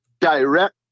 direct